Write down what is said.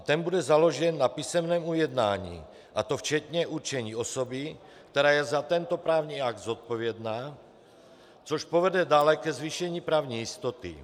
Ten bude založen na písemném ujednání, a to včetně určení osoby, která je za tento právní akt zodpovědná, což povede dále ke zvýšení právní jistoty.